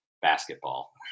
Basketball